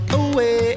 away